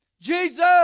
Jesus